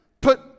Put